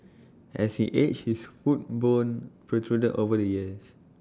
as he aged his foot bone protruded over the years